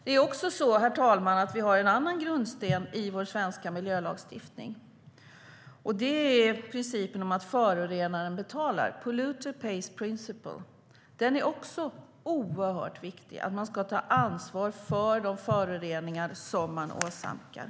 Den andra hörnstenen i vår svenska miljölagstiftning är principen om att förorenaren betalar, Polluter Pays Principle, som är oerhört viktig. Den innebär att man ska ta ansvar för de föroreningar som man åsamkar.